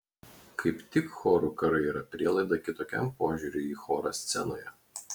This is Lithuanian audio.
kaip tik chorų karai yra prielaida kitokiam požiūriui į chorą scenoje